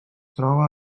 troba